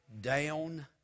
down